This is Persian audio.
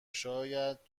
شاید